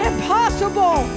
Impossible